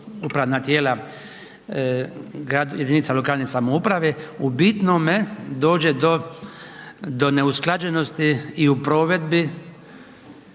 upravna tijela jedinica lokalne samouprave u bitnome dođe do neusklađenosti i u provedbi